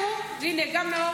הינה, גם נאור.